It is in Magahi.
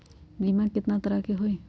बीमा केतना तरह के होइ?